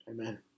Amen